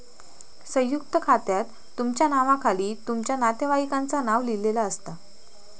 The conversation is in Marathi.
संयुक्त खात्यात तुमच्या नावाखाली तुमच्या नातेवाईकांचा नाव लिहिलेला असता